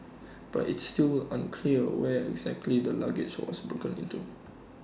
but it's still unclear where exactly the luggage was broken into